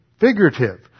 Figurative